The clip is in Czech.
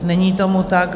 Není tomu tak.